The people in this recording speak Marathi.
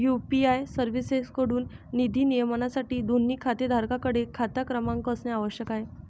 यू.पी.आय सर्व्हिसेसएकडून निधी नियमनासाठी, दोन्ही खातेधारकांकडे खाता क्रमांक असणे आवश्यक आहे